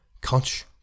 Conch